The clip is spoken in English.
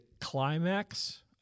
climax